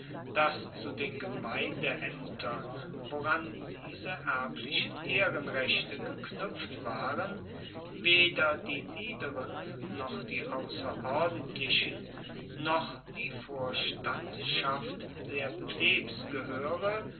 dass zu den gemeindeaemtern woran diese erblichen ehrenrechte geknuepft waren weder die niederen noch die ausserordentlichen noch die vorstandschaft der plebs